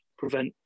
prevent